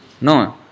No